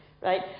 right